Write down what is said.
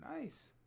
Nice